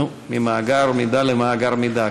נו, ממאגר מידע למאגר מידע.